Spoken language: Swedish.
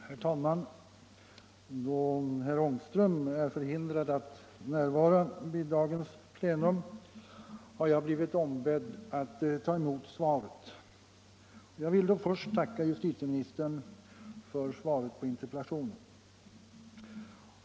Herr talman! Eftersom herr Ångström har blivit förhindrad att närvara vid dagens plenum har jag blivit ombedd att ta emot svaret, och jag tackar då först justitieministern för svaret på interpellationen.